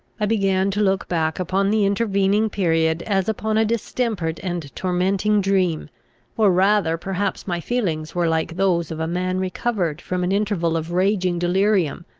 i began to look back upon the intervening period as upon a distempered and tormenting dream or rather perhaps my feelings were like those of a man recovered from an interval of raging delirium,